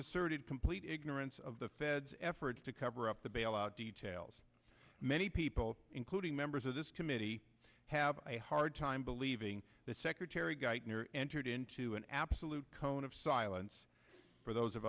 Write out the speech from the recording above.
asserted complete ignorance of the fed's efforts to cover up the bailout details many people including members of this committee have a hard time believing that secretary geithner entered into an absolute cone of silence for those of